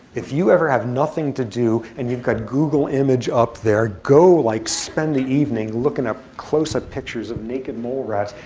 if you ever have nothing to do and you've got google image up there, go like spend the evening looking up close up pictures of naked mole rats.